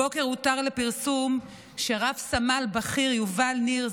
הבוקר הותר לפרסום שרב-סמל בכיר יובל ניר,